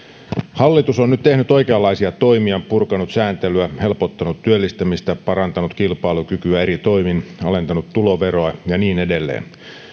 hallitus on nyt tehnyt oikeanlaisia toimia purkanut sääntelyä helpottanut työllistämistä parantanut kilpailukykyä eri toimin alentanut tuloveroa ja niin edelleen